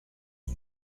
new